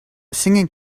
singing